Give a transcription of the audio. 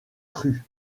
crue